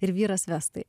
ir vyras vestai